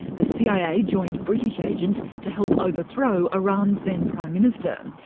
the cia joined british agents to help overthrow iran's then prime minister.